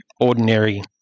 ordinary